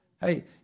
Hey